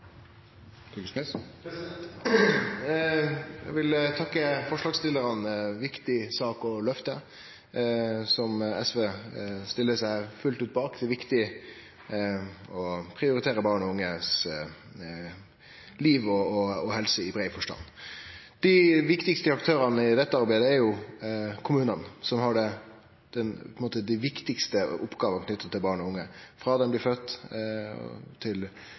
psykisk helse. Eg vil takke forslagsstillarane for ei viktig sak å løfte, og som SV stiller seg fullt ut bak. Det er viktig å prioritere barn og unges liv og helse i brei forstand. Dei viktigaste aktørane i dette arbeidet er jo kommunane, som har dei viktigaste oppgåvene knytte til barn og unge frå dei blir